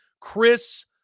Chris